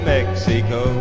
Mexico